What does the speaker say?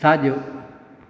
साॼो